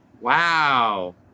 Wow